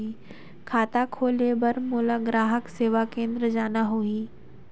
खाता खोले बार मोला ग्राहक सेवा केंद्र जाना होही?